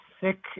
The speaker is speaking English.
sick